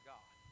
God